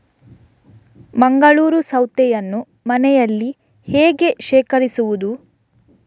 ಮಂಗಳೂರು ಸೌತೆಯನ್ನು ಮನೆಯಲ್ಲಿ ಹೇಗೆ ಶೇಖರಿಸುವುದು?